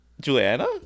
Juliana